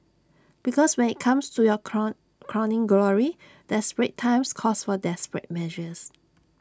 because when IT comes to your crow crowning glory desperate times calls for desperate measures